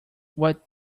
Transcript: what